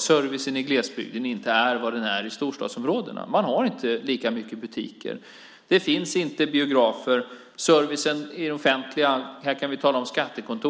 servicen i glesbygden inte är vad den är i storstadsområden. Man har inte lika mycket butiker. Det finns inte biografer. Det handlar om servicen i det offentliga. Vi talar om skattekontor.